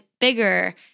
bigger